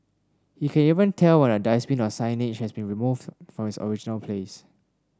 he can even tell when a dustbin or signage has been moved from its original place